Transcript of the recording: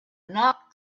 knocked